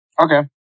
Okay